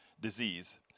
disease